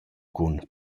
cun